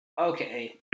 okay